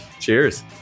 Cheers